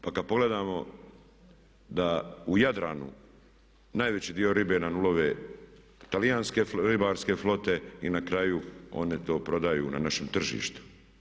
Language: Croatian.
Pa kad pogledamo da u Jadranu najveći dio ribe nam ulove talijanske ribarske flote i na kraju oni to prodaju na našem tržištu.